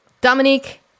Dominique